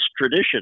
tradition